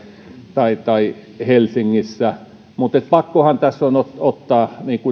tai tai helsingissä mutta pakkohan tässä on ottaa ottaa